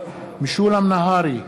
משולם נהרי,